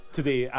Today